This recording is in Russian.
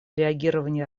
реагирования